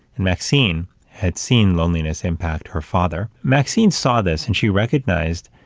and maxine had seen loneliness impact her father. maxine saw this and she recognized,